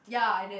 ya I did